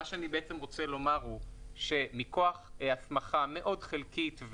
מה שאני רוצה לומר הוא שמכוח הסמכה מאוד חלקית,